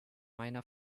meiner